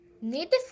Native